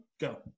go